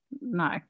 No